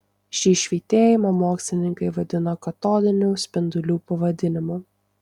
šį švytėjimą mokslininkai vadino katodinių spindulių pavadinimu